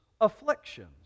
afflictions